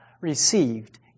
received